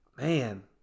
Man